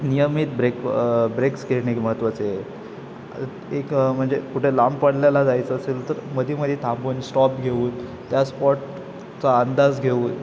नियमित break breaks घेणे महत्वाचे आहे एक म्हणजे कुठे लांब पल्ल्याला जायचं असेल तर मध्ये मध्ये थांबवून स्टॉप घेऊन त्या स्पॉटचा अंदाज घेऊन